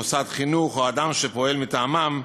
מוסד חינוך או אדם הפועל מטעמם,